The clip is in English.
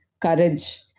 courage